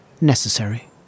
necessary